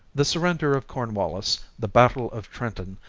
the surrender of cornwallis, the battle of trenton,